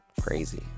crazy